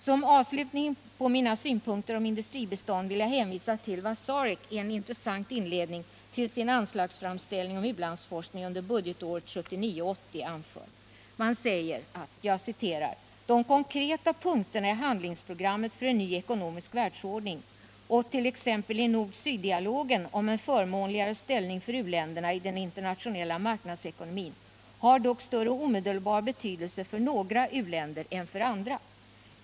Som avslutning på mina synpunkter om industribistånd vill jag hänvisa till vad SAREC i en intressant inledning till sin anslagsframställning om ulandsforskning under budgetåret 1979/80 anför. Man säger: ”De konkreta punkterna i handlingsprogrammet för en ny ekonomisk världsordning och t.ex. i nord-syddialogen om en förmånligare ställning för u-länderna i den internationella marknadsekonomin har dock större omedelbar betydelse för några u-länder än för andra.